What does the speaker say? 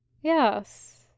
Yes